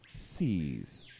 sees